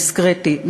דיסקרטי,